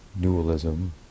dualism